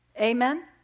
Amen